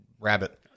rabbit